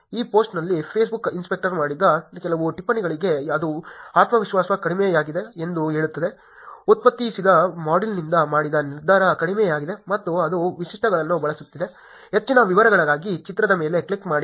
ಈ ಪೋಸ್ಟ್ನಲ್ಲಿ Facebook inspector ಮಾಡಿದ ಕೆಲವು ಟಿಪ್ಪಣಿಗಳಿವೆ ಅದು ಆತ್ಮವಿಶ್ವಾಸ ಕಡಿಮೆಯಾಗಿದೆ ಎಂದು ಹೇಳುತ್ತದೆ ಉತ್ಪಾದಿಸಿದ ಮಾಡೆಲ್ನಿಂದ ಮಾಡಿದ ನಿರ್ಧಾರ ಕಡಿಮೆಯಾಗಿದೆ ಮತ್ತು ಅದು ವೈಶಿಷ್ಟ್ಯಗಳನ್ನು ಬಳಸುತ್ತಿದೆ ಹೆಚ್ಚಿನ ವಿವರಗಳಿಗಾಗಿ ಚಿತ್ರದ ಮೇಲೆ ಕ್ಲಿಕ್ ಮಾಡಿ